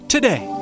Today